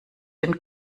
den